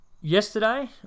yesterday